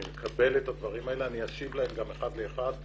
אני מקבל את הדברים האלה ואני אשיב להם גם אחד לאחד.